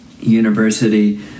university